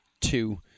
two